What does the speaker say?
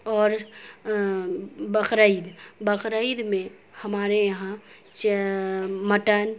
اور بقراعید بقرا عید میں ہمارے یہاں مٹن